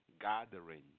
gathering